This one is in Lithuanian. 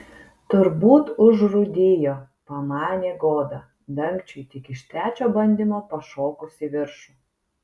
turbūt užrūdijo pamanė goda dangčiui tik iš trečio bandymo pašokus į viršų